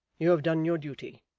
you have done your duty.